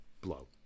blow